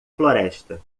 floresta